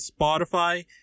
Spotify